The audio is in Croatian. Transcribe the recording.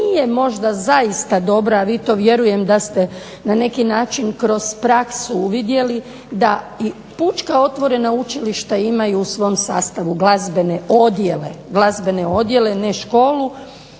nije možda zaista dobra, a vi to vjerujem da ste na neki način kroz praksu uvidjeli da i pučka otvorena učilišta imaju u svom sastavu glazbene odjele ne školu,